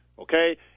Okay